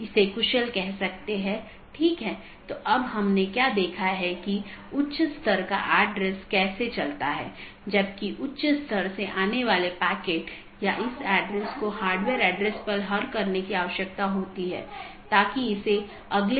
इसलिए हम बाद के व्याख्यान में इस कंप्यूटर नेटवर्क और इंटरनेट प्रोटोकॉल पर अपनी चर्चा जारी रखेंगे